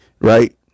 right